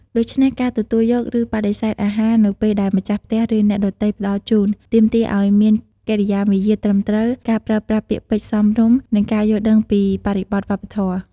ដូច្នេះ ការទទួលយក ឬបដិសេធអាហារនៅពេលដែលម្ចាស់ផ្ទះ ឬអ្នកដទៃផ្តល់ជូន ទាមទារឲ្យមានកិរិយាមារយាទត្រឹមត្រូវ ការប្រើប្រាស់ពាក្យពេចន៍សមរម្យ និងការយល់ដឹងពីបរិបទវប្បធម៌។